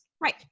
Right